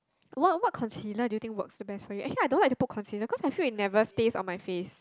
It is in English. what what concealer do you think works the best for you actually I don't like to put concealer cause I feel it never stays on my face